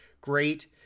great